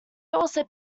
also